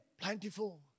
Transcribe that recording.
plentiful